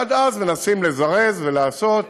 עד אז מנסים לזרז ולעשות,